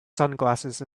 sunglasses